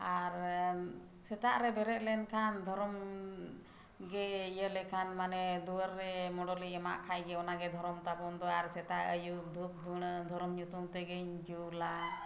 ᱟᱨ ᱥᱮᱛᱟᱜ ᱨᱮ ᱵᱮᱨᱮᱫ ᱞᱮᱱᱠᱷᱟᱱ ᱫᱷᱚᱨᱚᱢ ᱜᱮ ᱤᱭᱟᱹ ᱞᱮᱠᱷᱟᱱ ᱢᱟᱱᱮ ᱫᱩᱣᱟᱹᱨ ᱨᱮ ᱢᱚᱰᱚᱞᱤ ᱮᱢᱟᱜ ᱠᱷᱟᱱ ᱜᱮ ᱚᱱᱟ ᱜᱮ ᱫᱷᱚᱨᱚᱢ ᱛᱟᱵᱚᱱ ᱫᱚ ᱟᱨ ᱥᱮᱛᱟᱜ ᱟᱹᱭᱩᱵ ᱫᱷᱩᱯ ᱫᱷᱩᱬᱟᱹ ᱫᱷᱚᱨᱚᱢ ᱧᱩᱛᱩᱢ ᱛᱮᱜᱮᱧ ᱡᱩᱞᱟ